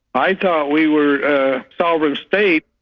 i thought we were a sovereign state.